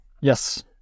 Yes